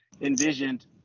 envisioned